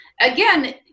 again